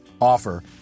offer